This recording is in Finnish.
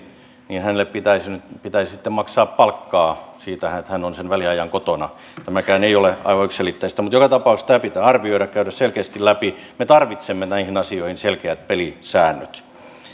niin hänelle pitäisi sitten maksaa palkkaa siitä että hän on sen väliajan kotona tämäkään ei ole aivan yksiselitteistä mutta joka tapauksessa tämä pitää arvioida käydä selkeästi läpi me tarvitsemme näihin asioihin selkeät pelisäännöt